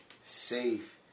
safe